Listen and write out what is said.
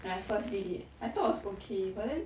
I first day did it I thought was okay but then